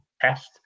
test